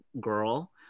girl